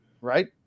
right